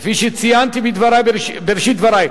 כפי שציינתי בראשית דברי,